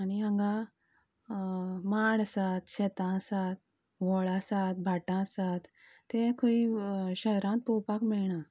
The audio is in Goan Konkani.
आनी हांगा माड आसात शेतां आसात व्हाळ आसात भाटां आसात ते खंय शहरांत पळोवपाक मेळनात